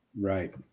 Right